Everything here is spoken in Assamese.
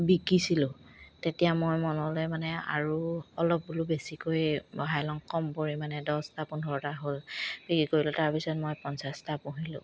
বিকিছিলোঁ তেতিয়া মই মনলে মানে আৰু অলপ বোলো বেছিকৈ বহাই লওঁ কম পৰিমাণে দছটা পোন্ধৰটা হ'ল বিক্ৰী কৰিলোঁ তাৰপিছত মই পঞ্চাছটা পুহিলোঁ